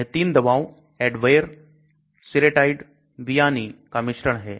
यह तीन दवाओं Advair Seretide Viani का मिश्रण है